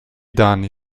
danni